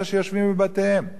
ואני רוצה לשאול שאלה: